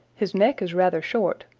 his neck is rather short,